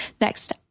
Next